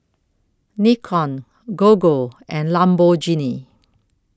Nikon Gogo and Lamborghini